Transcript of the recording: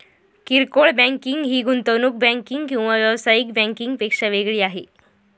किरकोळ बँकिंग ही गुंतवणूक बँकिंग किंवा व्यावसायिक बँकिंग पेक्षा वेगळी आहे